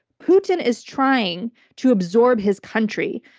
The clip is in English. putin is trying to absorb his country.